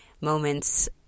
moments